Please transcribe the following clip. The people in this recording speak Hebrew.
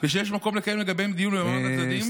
ושיש מקום לקיים לגביהם דיון ברמת הצדדים,